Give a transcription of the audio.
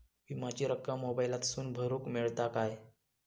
विमाची रक्कम मोबाईलातसून भरुक मेळता काय?